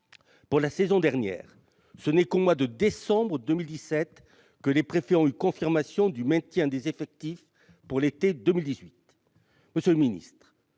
Pour la saison dernière, ce n'est qu'au mois de décembre 2017 que les préfets ont eu confirmation du maintien des effectifs pour l'été 2018. Monsieur le secrétaire